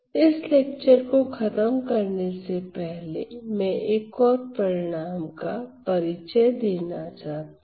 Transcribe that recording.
इस लेक्चर को खत्म करने से पहले मैं एक और परिणाम का परिचय देना चाहता हूं